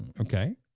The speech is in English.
okay,